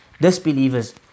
disbelievers